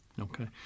Okay